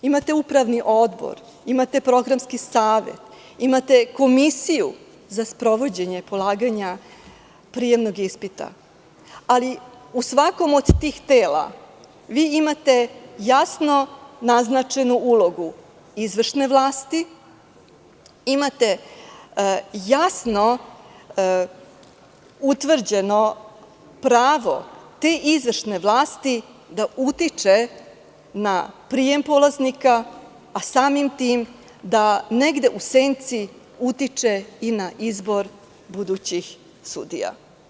Imate upravni odbor, imate programski savet, imate komisiju za sprovođenje polaganja prijemnog ispita, ali, u svakom od tih tela vi imate jasno naznačenu ulogu izvršne vlasti, imate jasno utvrđeno pravo te izvršne vlasti da utiče na prijem polaznika, a samim tim da negde u senci utiče i na izbor budućih sudija.